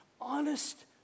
honest